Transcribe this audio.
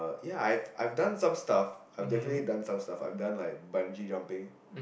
ya I I've done some stuff I've definitely done some stuff I've done like bungee jumping